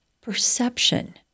Perception